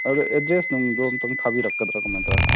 ꯑꯗꯨ ꯑꯦꯗ꯭ꯔꯦꯁ ꯅꯨꯡꯗꯨ ꯑꯃꯨꯛꯇꯪ ꯊꯥꯕꯤꯔꯛꯀꯗ꯭ꯔꯥ ꯀꯃꯥꯏꯅ ꯇꯧꯏ